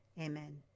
Amen